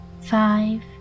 five